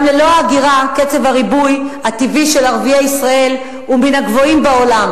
גם ללא ההגירה קצב הריבוי הטבעי של ערביי ישראל הוא מן הגבוהים בעולם,